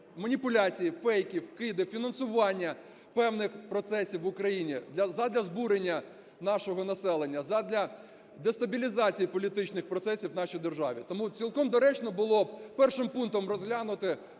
маніпуляції, фейки, вкиди, фінансування певних процесів в Україні задля збурення нашого населення, задля дестабілізації політичних процесів в нашій державі. Тому цілком доречно було б першим пунктом розглянути